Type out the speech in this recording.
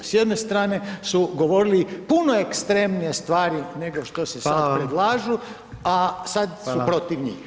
S jedne strane su govorili puno ekstremnije stvari nego što se sad [[Upadica: Hvala.]] predlažu, a sad su protiv njih.